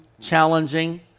challenging